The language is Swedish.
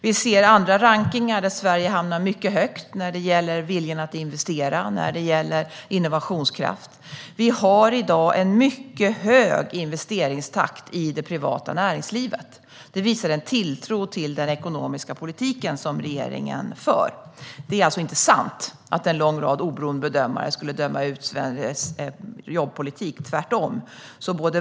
Det finns andra rankningar där Sverige hamnar mycket högt när det gäller viljan att investera och innovationskraft. Det råder i dag en mycket hög investeringstakt i det privata näringslivet. Det visar en tilltro till den ekonomiska politiken som regeringen för. Det är alltså inte sant att en lång rad oberoende bedömare skulle döma ut svensk jobbpolitik. Tvärtom!